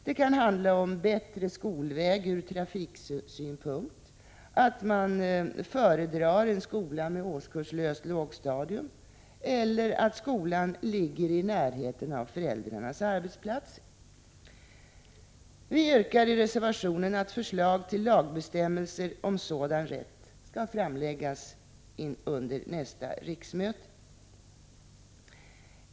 Det kan handla om bättre skolväg ur trafiksynpunkt, att man föredrar en skola med årskurslöst lågstadium eller att skolan ligger i närheten av föräldrarnas arbetsplatser. Vi yrkar i reservationen att förslag till lagbestämmelser om sådan rätt skall framläggas under nästa riksmöte.